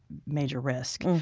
major risk,